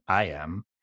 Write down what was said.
IAM